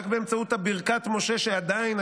רק באמצעות ברכת השם שעדיין,